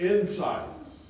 Insights